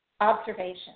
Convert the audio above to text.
observation